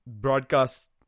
broadcast